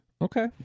okay